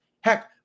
Heck